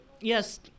yes